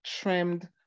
trimmed